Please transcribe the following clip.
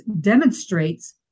demonstrates